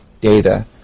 data